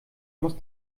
muss